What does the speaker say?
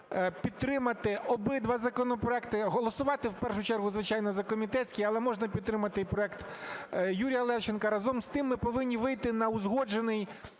всіх підтримати обидва законопроекти, голосувати в першу чергу, звичайно, за комітетський, але можна підтримати і проект Юрія Левченка. Разом з тим ми повинні вийти на узгоджений